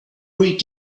read